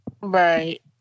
right